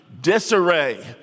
disarray